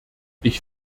ich